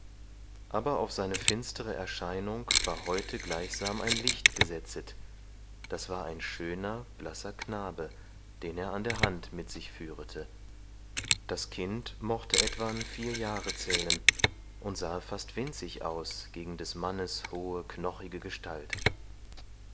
aber auf seine finstere erscheinung war heute gleichsam ein licht gesetzet das war ein schöner blasser knabe den er an der hand mit sich führete das kind mochte etwan vier jahre zählen und sahe fast winzig aus gegen des mannes hohe knochige gestalt